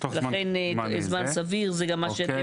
לכן, זמן סביר זה גם מה שנבקש מיד.